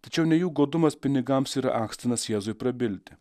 tačiau ne jų godumas pinigams yra akstinas jėzui prabilti